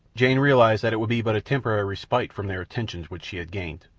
jane realized that it would be but a temporary respite from their attentions which she had gained,